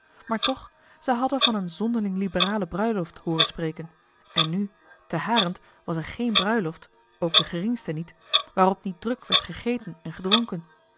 maar toch zij hadden van eene zonderling liberale bruiloft hooren spreken en nu te harent was er geen bruiloft ook de geringste niet waarop niet druk werd gegeten en gedronken